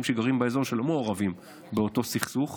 שגרים באזור שלא מעורבים באותו סכסוך.